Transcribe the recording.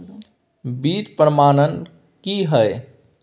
बीज प्रमाणन की हैय?